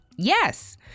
Yes